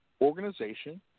organization